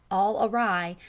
all awry,